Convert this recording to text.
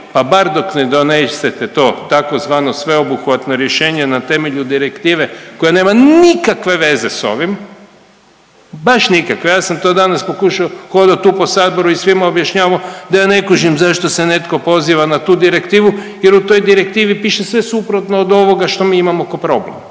pa bar dok ne donesete to tzv. sveobuhvatno rješenje na temelju direktive koja nema nikakve veze s ovim, baš nikakve. Ja sam to danas pokušao hodao tu po saboru i svima objašnjavao da ja ne kužim zašto se netko poziva na tu direktivu jer u toj direktivi piše sve suprotno od ovoga što mi imamo ko problem.